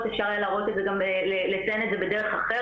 אפשר היה להראות את זה גם לסיים את זה בדרך אחרת.